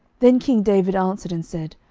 then king david answered and said,